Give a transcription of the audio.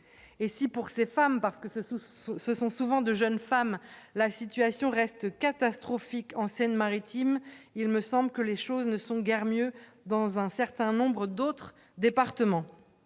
et si pour ces femmes, parce que ce souci, ce sont souvent de jeunes femmes, la situation reste catastrophique en Seine-Maritime, il me semble que les choses ne sont guère mieux dans un certain nombre d'autres départements,